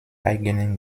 eigenen